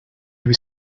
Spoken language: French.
huit